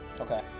Okay